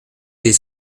des